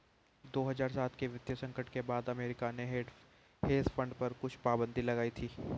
दो हज़ार सात के वित्तीय संकट के बाद अमेरिका ने हेज फंड पर कुछ पाबन्दी लगाई थी